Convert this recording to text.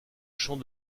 champ